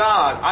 God